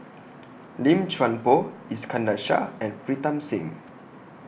Lim Chuan Poh Iskandar Shah and Pritam Singh